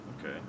Okay